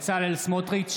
בעד אוסאמה